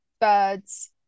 Bird's